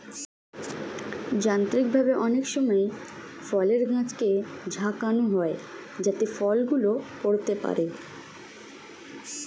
যান্ত্রিকভাবে অনেক সময় ফলের গাছকে ঝাঁকানো হয় যাতে ফল গুলো পড়তে পারে